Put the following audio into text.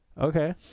Okay